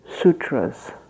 sutras